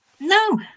No